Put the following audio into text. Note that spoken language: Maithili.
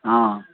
हँ